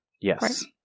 Yes